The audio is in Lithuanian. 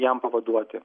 jam pavaduoti